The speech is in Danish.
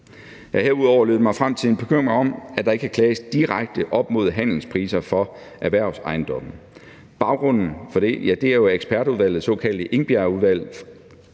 Jeg har herudover lyttet mig frem til en bekymring om, at der ikke kan klages direkte op mod handelspriser for erhvervsejendomme. Baggrunden for det er jo, at ekspertudvalget, det såkaldte Engbergudvalg,